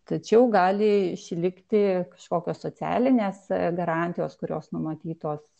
tačiau gali išlikti kažkokios socialinės garantijos kurios numatytos